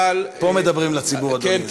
אבל, פה מדברים לציבור, אדוני.